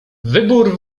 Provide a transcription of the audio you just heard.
wybór